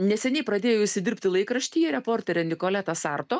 neseniai pradėjusi dirbti laikraštyje reporterė nikoleta sarto